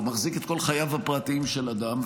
הוא מחזיק את כל חייו הפרטיים של אדם,